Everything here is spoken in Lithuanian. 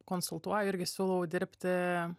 konsultuoju irgi siūlau dirbti